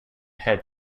head